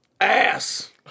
Ass